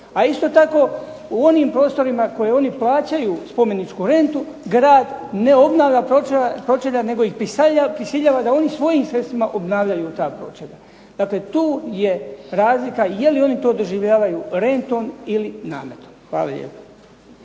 A isto tako u onim prostorima koje oni plaćaju spomeničku rentu grad ne obnavlja pročelja nego ih prisiljava da oni svojim sredstvima obnavljaju ta pročelja. Dakle, tu je razlika da li oni to doživljavaju rentom ili nametom. Hvala lijepa.